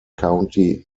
county